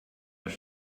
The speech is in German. das